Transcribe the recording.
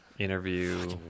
interview